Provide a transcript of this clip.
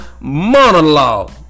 monologue